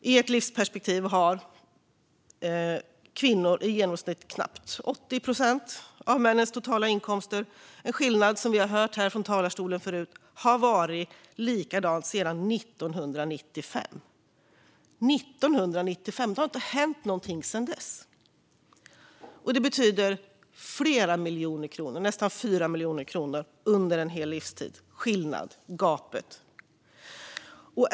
I ett livsperspektiv har kvinnor i genomsnitt knappt 80 procent av männens totala inkomster, och som vi har hört härifrån talarstolen är detta en skillnad som har sett likadan ut sedan 1995. Det har alltså inte hänt någonting sedan 1995. Det betyder att det skiljer nästan 4 miljoner kronor under en hel livstid. Så ser gapet ut.